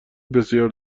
بسیار